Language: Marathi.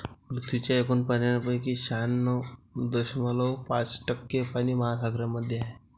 पृथ्वीच्या एकूण पाण्यापैकी शहाण्णव दशमलव पाच टक्के पाणी महासागरांमध्ये आहे